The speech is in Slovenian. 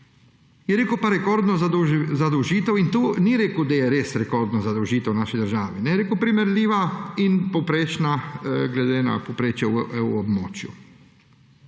Je rekel pa rekordna zadolžitev in ni rekel, da je res rekordna zadolžitev v naši državi, je rekel primerljiva in povprečna glede na povprečje v EU območju.